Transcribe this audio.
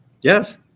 Yes